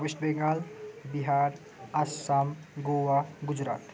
West Bengal Bihar Assam Goa Gujarat